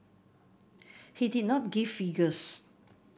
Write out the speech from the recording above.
he did not give figures